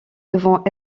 devant